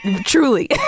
truly